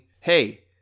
hey